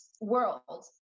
world